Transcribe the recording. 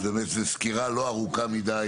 באמת זו סקירה לא ארוכה מידי,